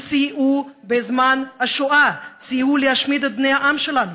שסייעו בזמן השואה להשמיד את בני העם שלנו.